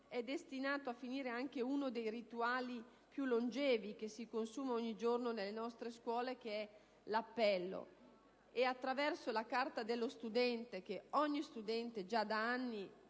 è destinato a finire anche uno dei rituali più longevi che si consuma ogni giorno nelle nostre scuole, l'appello, e attraverso la carta dello studente, che ogni alunno già da anni